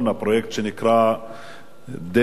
הפרויקט שנקרא Dead-Red,